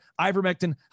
ivermectin